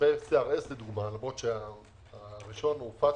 לגבי CRS לדוגמה, למרות שהראשון הוא פטקא,